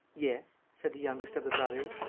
yes, said the youngest of the brothers.